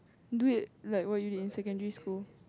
do it like when you in secondary school